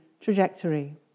trajectory